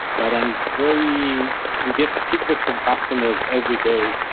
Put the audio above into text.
but i'm very we get feedback from customers every day,